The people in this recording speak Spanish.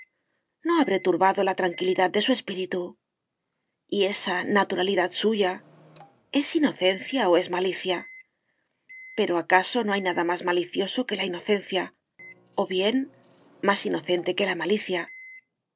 no habré turbado la tranquilidad de su espíritu y esa naturalidad suya es inocencia o es malicia pero acaso no hay nada más malicioso que la inocencia o bien más inocente que la malicia